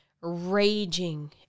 raging